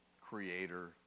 creator